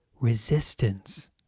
resistance